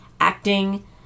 acting